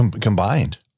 Combined